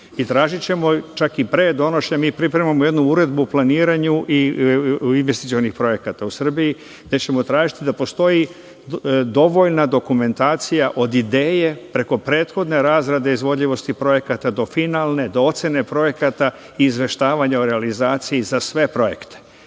tražićemo čak i pre donošenja, mi pripremamo jednu uredbu u planiranju investicionih projekata u Srbiji, gde ćemo tražiti da postoji dovoljna dokumentacija od ideje, preko prethodne razrade, izvodljivosti projekata, do finalne, do ocene projekata, izveštavanja o realizaciji za sve projekte,